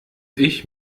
ich